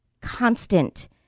constant